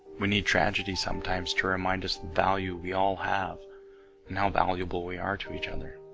we need tragedy sometimes to remind us value we all have and how valuable we are to each other